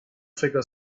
figure